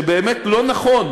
שבאמת לא נכון,